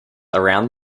around